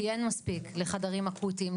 כי אין מספיק לחדרים אקוטיים,